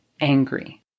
angry